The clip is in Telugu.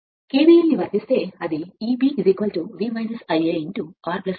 అది Eb V Ia ra R ra ను పొందగలదు కాని తిరుగుతున్న స్థితి లో R 0